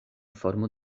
formo